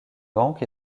banque